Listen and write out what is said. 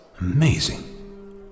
Amazing